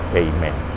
amen